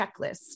checklist